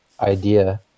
idea